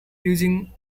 using